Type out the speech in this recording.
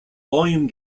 volume